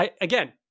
Again